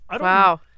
wow